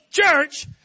Church